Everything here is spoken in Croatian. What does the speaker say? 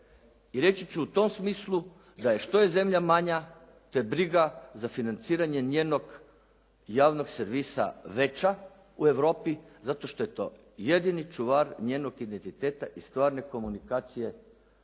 reći ću u tom smislu da što je zemlja manja to je briga za financiranje njenog javnog servisa veća u Europi zato što je to jedini čuvar njenog identiteta i stvarne komunikacije